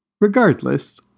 regardless